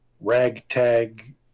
ragtag